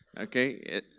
okay